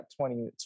20